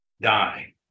die